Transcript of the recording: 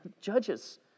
judges